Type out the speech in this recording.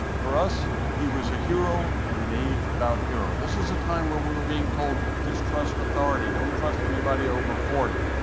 for us, he was a hero in an age without heroes. this is a time where we were being told distrust authority. don't trust anybody over forty.